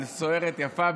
על "סוהרת יפה,